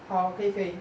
好可以可以